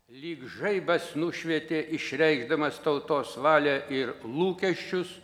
lyg žaibas nušvietė išreikšdamas tautos valią ir lūkesčius